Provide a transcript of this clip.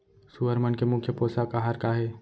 सुअर मन के मुख्य पोसक आहार का हे?